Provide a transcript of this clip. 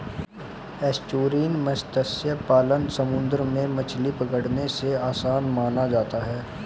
estuarine मत्स्य पालन समुंदर में मछली पकड़ने से आसान माना जाता है